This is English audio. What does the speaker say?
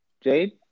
Jade